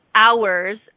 hours